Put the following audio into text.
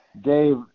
Dave